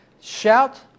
Shout